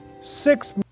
Six